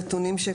בנתונים,